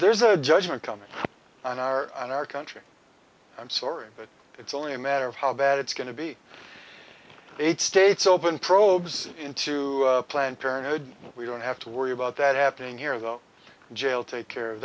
there's a judgment coming on our and our country i'm sorry but it's only a matter of how bad it's going to be eight states open probes into planned parenthood we don't have to worry about that happening here though jail take care of